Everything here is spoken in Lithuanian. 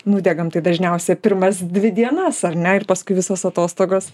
nudegam tai dažniausia pirmas dvi dienas ar ne ir paskui visos atostogos